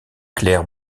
claire